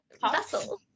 vessel